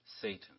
Satan